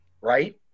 right